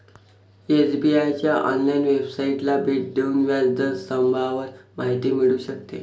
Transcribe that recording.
SBI च्या online वेबसाइटला भेट देऊन व्याज दर स्तंभावर माहिती मिळू शकते